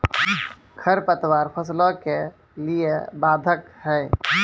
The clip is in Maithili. खडपतवार फसलों के लिए बाधक हैं?